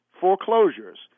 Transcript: foreclosures